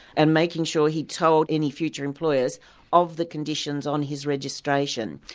and making sure he told any future employers of the conditions on his registration.